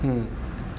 mm